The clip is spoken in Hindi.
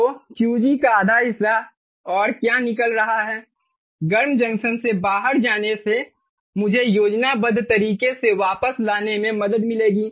तो QG का आधा हिस्सा और क्या निकल रहा है गर्म जंक्शन से बाहर जाने से मुझे योजनाबद्ध तरीके से वापस लाने में मदद मिलेगी